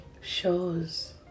shows